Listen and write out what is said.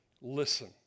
Listen